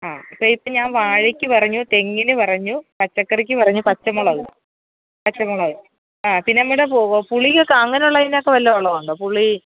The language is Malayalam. അ ഓക്കെ അപ്പം ഇത് ഞാൻ വാഴയ്ക്ക് പറഞ്ഞു തെങ്ങിന് പറഞ്ഞു പച്ചക്കറിക്ക് പറഞ്ഞു പച്ചമുളക് പച്ചമുളക് ആ പിന്നെ നമ്മടെ പുളിയ്ക്ക് ഒക്കെ അങ്ങനെ ഉള്ളതിനൊക്കെ വല്ല വളവും ഉണ്ടോ പുളി